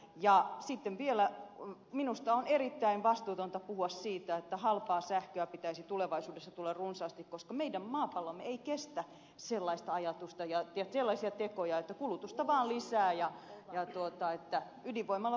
ja sitten vielä minusta on erittäin vastuutonta puhua siitä että halpaa sähköä pitäisi tulevaisuudessa tulla runsaasti koska meidän maapallomme ei kestä sellaista ajatusta ja sellaisia tekoja että kulutusta vaan lisää ja ydinvoimalla vaan halpaa sähköä